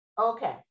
Okay